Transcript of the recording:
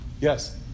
Yes